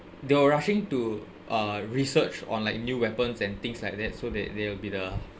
they were rushing to uh research on like new weapons and things like that so that they will be the